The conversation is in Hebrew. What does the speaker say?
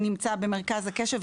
הוא נמצא במרכז הקשב,